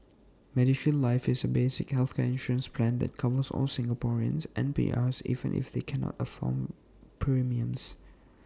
medishield life is A basic healthcare insurance plan that covers all Singaporeans and PRs even if they cannot afford premiums